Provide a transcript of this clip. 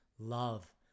love